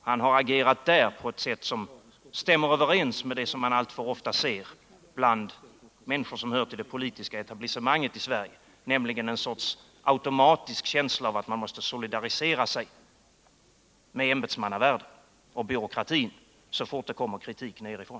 Han har agerat där på ett sätt som stämmer överens med det som man alltför ofta iakttar bland människor som hör till det politiska etablissemanget i Sverige, nämligen att de har en sorts automatisk känsla av att de måste solidarisera sig med ämbetsmännen och byråkratin så fort det kommer kritik nerifrån.